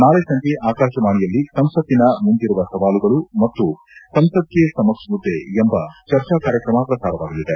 ನಾಳೆ ಸಂಜೆ ಆಕಾಶವಾಣಿಯಲ್ಲಿ ಸಂಸತ್ತಿನ ಮುಂದಿರುವ ಸವಾಲುಗಳು ಮತ್ತು ಸಂಸದ್ ಕೆ ಸಮಕ್ಷ್ ಮುದ್ದೆ ಎಂಬ ಚರ್ಚಾ ಕಾರ್ಯಕ್ರಮ ಪ್ರಸಾರವಾಗಲಿದೆ